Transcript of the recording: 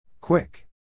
Quick